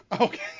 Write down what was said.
Okay